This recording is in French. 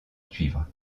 suivre